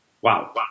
Wow